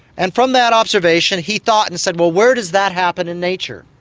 and from that observation he thought and said, well, where does that happen in nature?